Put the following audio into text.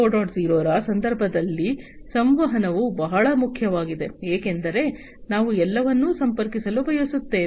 0 ರ ಸಂದರ್ಭದಲ್ಲಿ ಸಂವಹನವು ಬಹಳ ಮುಖ್ಯವಾಗಿದೆ ಏಕೆಂದರೆ ನಾವು ಎಲ್ಲವನ್ನೂ ಸಂಪರ್ಕಿಸಲು ಬಯಸುತ್ತೇವೆ